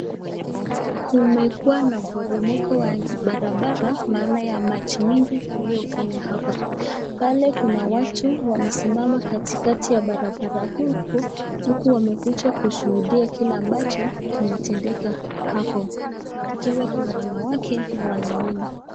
Kumekuwa na boromoko ya barabara maana ya maji mingi uliyofanya hapa , pale Kuna watu wamesimama katikati ya barabara huu huku wamekuja kushuudia kile ambacho kimetendeka hapo ikiwa ni wanawake na wanaumu.